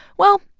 well,